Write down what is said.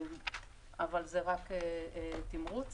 אבל זה רק תמרוץ